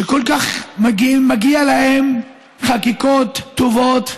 שכל כך מגיע להם חקיקות טובות,